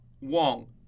Wong